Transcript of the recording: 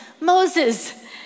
Moses